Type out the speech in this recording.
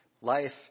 life